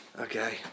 Okay